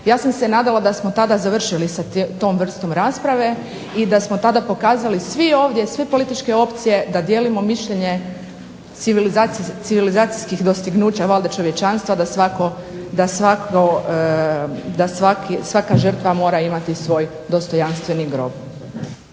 Ja sam se nadala da smo tada završili sa tom vrstom rasprave i da smo tada pokazali svi ovdje, sve političke opcije da dijelimo mišljenje civilizacijskih dostignuća valjda čovječanstva da svatko, svaka žrtva mora imati svoj dostojanstveni grob.